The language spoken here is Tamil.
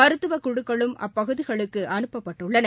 மருத்துவக்குழுக்களும் அப்பகுதிகளுக்கு அனுப்பப்பட்டுள்ளன